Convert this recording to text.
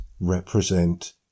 represent